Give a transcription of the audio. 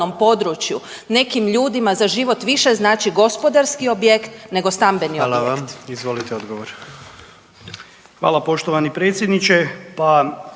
Hvala vam. Izvolite odgovor.